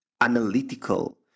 analytical